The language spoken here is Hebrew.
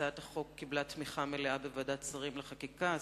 והצעת החוק קיבלה תמיכה מלאה בוועדת השרים לחקיקה,